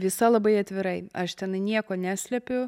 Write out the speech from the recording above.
visa labai atvirai aš tenai nieko neslepiu